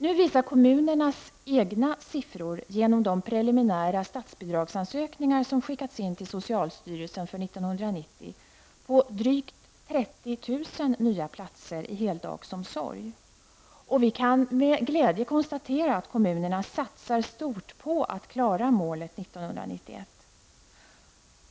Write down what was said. Nu visar kommunernas egna siffror genom de preliminära statsbidragsansökningar som skickats in till socialstyrelsen för 1990 på drygt 30 000 nya platser i heldagsomsorg. Vi kan med glädje konstatera att kommunerna satsar stort på att klara målet 1991.